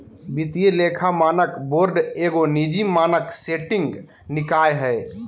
वित्तीय लेखा मानक बोर्ड एगो निजी मानक सेटिंग निकाय हइ